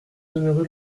donnerai